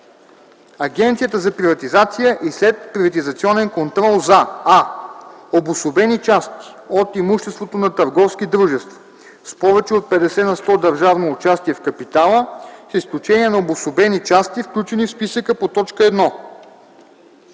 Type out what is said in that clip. Агенцията за приватизация и следприватизационен контрол за: а) обособени части от имуществото на търговски дружества с повече от 50 на сто държавно участие в капитала, с изключение на обособените части, включени в списъка по т. 1;